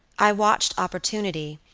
i watched opportunity,